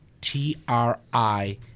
T-R-I